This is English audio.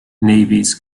navies